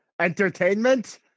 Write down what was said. Entertainment